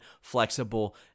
flexible